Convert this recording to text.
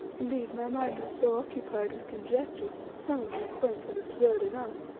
indeed, my mind was so occupied with conjectures, some of them quaint and absurd enough,